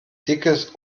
dickes